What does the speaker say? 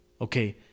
okay